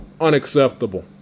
Unacceptable